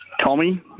Tommy